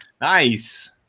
Nice